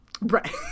Right